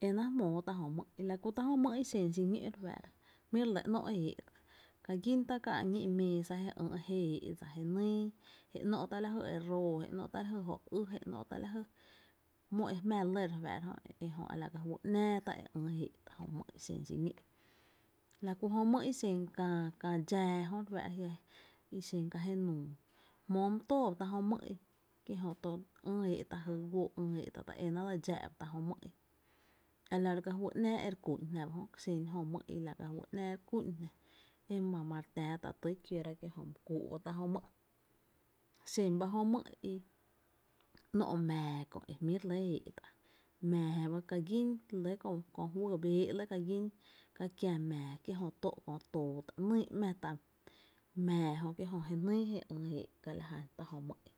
e náá’ jmóó tá’ jö mý’, la ku xen tá’ jö mý’ i náá’ xiñó’ re fáá’ra, jmí’ re lɇ ´nó’ e éé’ ka gín tá’ kää ñí’ meesa je éé’ dsa, je nýÿ jé ‘nó’ tá’ lajy e róó jé ‘nó’ tá’ lajy jó ý jé ‘nó’ tá’ mó e jmⱥ’ lɇ, ejö la ka juý ‘náá tá’ e éé’ tá’ jö mý’ i xen xi ñó’ la kú jö mý’ i xen Kää kää i xen kä jenuu jmóo my tóo ba tá’ jö mý’ i i jö to ÿ’ éé’ tá’ jy guóó’ ï’ éé’ tá’ ta é náá dse dxáá’ ba tá’ jö mÿ’ i a la ro’ ka fý ‘náá e re kú’n jná ba jö mý’ i la ka fý ‘náá re kú’n jná e Jó ma re tää tá’ ty kiótá’ jö mý’ i, i xen ba jö mý’ i kí xen bá jö mý’ i i ‘nó’ mⱥⱥ ba ‘nɇɇ’ éé’ tá’ mⱥⱥ ba ka gín re lɇ köö juýý béé’ lɇ e ka gín ka kiä mⱥⱥ jö tóó’ köö too tá’, nyy ‘má tá’ mⱥⱥ jö je nýy jé ÿ’ eé´’ ga la jna tá’ jö mý’ i.